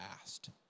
asked